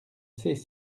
sais